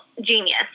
genius